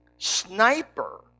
Sniper